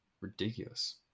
ridiculous